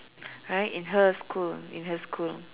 right in her school in her school